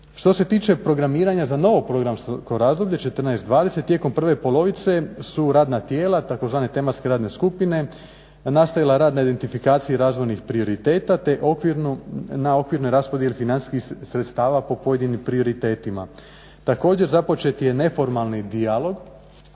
Što se tiče programiranja za novo programsko razdoblje '14.-'20., tijekom prve polovice su radna tijela tzv. tematske radne skupine nastavile rad na identifikaciji razvojnih prioriteta te na okvirnoj raspodjeli financijskih sredstava po pojedinim prioritetima. Također započet je neformalni dijalog